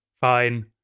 Fine